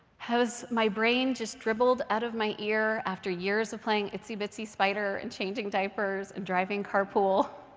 has my brain just dribbled out of my ear after years of playing itsy bitsy spider and changing diapers and driving carpool?